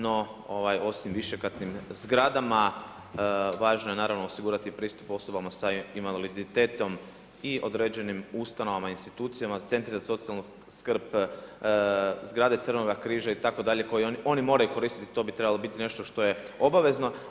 No osim višekatnim zgradama važno je osigurati pristup osobama s invaliditetom i određenim ustanovama i institucijama, centri za socijalnu skrb, zgrade crvenoga križa itd. koji oni moraju koristiti, to bi trebalo biti nešto što je obavezno.